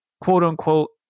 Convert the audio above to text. quote-unquote